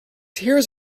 hears